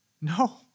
No